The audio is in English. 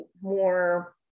more